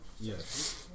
Yes